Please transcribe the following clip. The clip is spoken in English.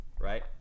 right